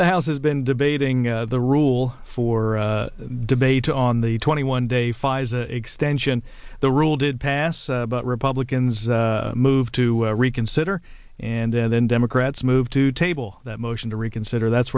the house has been debating the rule for debate on the twenty one day five extension the rule did pass but republicans move to reconsider and then democrats move to table that motion to reconsider that's